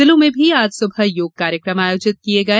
जिलों में भी आज सुबह योग कार्यक्रम आयोजित किए गए